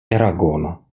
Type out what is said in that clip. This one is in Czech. eragon